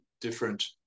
different